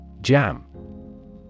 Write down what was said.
Jam